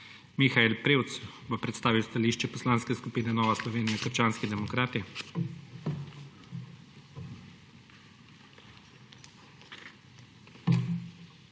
Mihael Prevc bo predstavil stališče Poslanske skupine Nova Slovenija – krščanski demokrati.